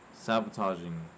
sabotaging